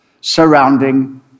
surrounding